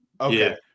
okay